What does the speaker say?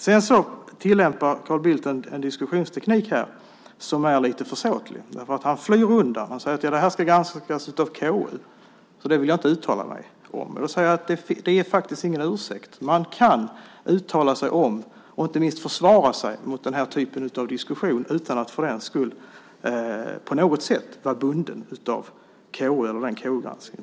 Carl Bildt tillämpar en diskussionsteknik som är lite försåtlig här. Han flyr undan. Han säger att det här ska granskas av KU, så det här vill han inte uttala sig om. Men jag vill säga att det faktiskt inte är en ursäkt. Man kan uttala sig om, och inte minst försvara sig mot, den här typen av diskussion utan att på något sätt vara bunden av KU eller någon KU-granskning.